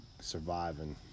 surviving